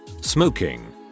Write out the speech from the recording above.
smoking